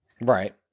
right